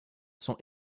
sont